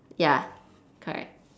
ya correct